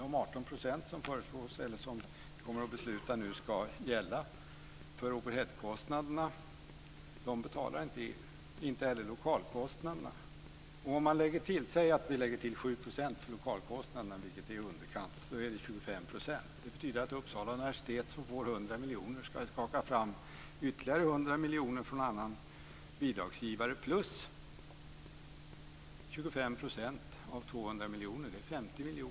De 18 % som vi nu kommer att besluta ska gälla för overhead-kostnaderna betalar inte EU, inte heller lokalkostnaderna. Säg att vi lägger till 7 % för lokalkostnaderna, vilket är i underkant, blir det 25 %. Detta betyder att om Uppsala universitet får 100 miljoner ska man skaka fram ytterligare 100 miljoner från någon annan bidragsgivare. Därtill kommer 25 % av 200 miljoner, som är 50 miljoner.